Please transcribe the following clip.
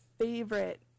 favorite